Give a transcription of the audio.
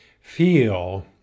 feel